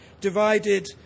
divided